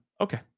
Okay